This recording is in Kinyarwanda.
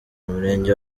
umurenge